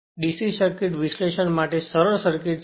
DC circuit વિશ્લેષણ માટે સરળ સર્કિટ છે